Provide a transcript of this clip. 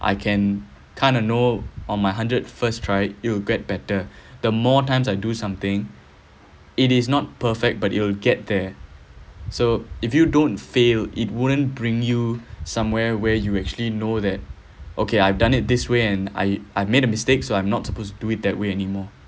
I can kind of know on my hundred first try it'll get better the more times I do something it is not perfect but it'll get there so if you don't fail it wouldn't bring you somewhere where you actually know that okay I've done it this way and I I made a mistake so I'm not supposed to do it that way anymore